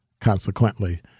consequently